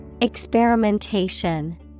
Experimentation